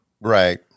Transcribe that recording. Right